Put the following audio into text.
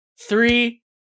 Three